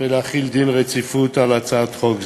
ולהחיל דין רציפות על הצעת חוק זאת.